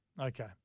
Okay